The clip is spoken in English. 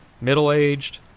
Middle-aged